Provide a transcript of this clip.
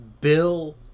Bill